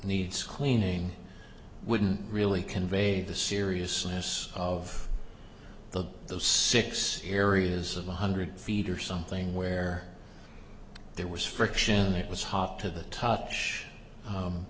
needs cleaning wouldn't really convey the seriousness of the six areas one hundred feet or something where there was friction it was hot to the touch